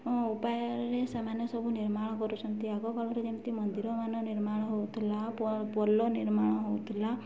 ଉପାୟରେ ସେମାନେ ସବୁ ନିର୍ମାଣ କରୁଛନ୍ତି ଆଗକାଳରେ ଯେମିତି ମନ୍ଦିରମାନ ନିର୍ମାଣ ହେଉଥିଲା ପୋଲ ନିର୍ମାଣ ହେଉଥିଲା